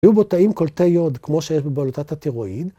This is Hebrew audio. ‫היו בו תאים קולטי יוד ‫כמו שיש בבלוטת התירואיד.